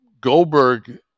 Goldberg